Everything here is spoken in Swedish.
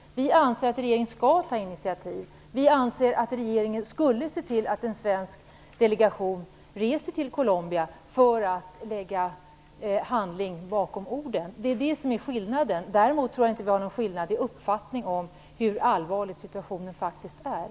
Vi anser att regeringen skall ta initiativ. Vi anser att regeringen borde se till att en svensk delegation reser till Colombia för att lägga kraft bakom orden. Det är det som är skillnaden. Däremot tror jag inte att vi skiljer oss åt i uppfattningen om hur allvarlig situationen faktiskt är.